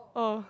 oh